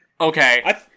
Okay